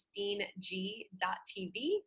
christineg.tv